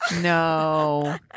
no